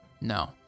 no